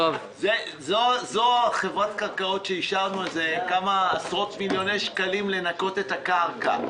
זו חברת הקרקעות שאישרנו כמה עשרות מיליוני שקלים כדי לנקות את הקרקע?